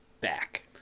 back